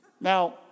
Now